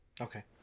Okay